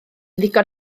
ddigon